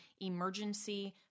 emergency